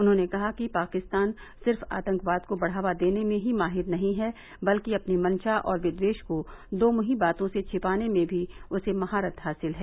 उन्होंने कहा कि पाकिस्तान सिर्फ आतंकवाद को बढ़ावा देने में ही माहिर नहीं है बल्कि अपनी मंशा और विद्वेष को दोमूंही बातों से छिपाने में भी उसे महारथ हासिल है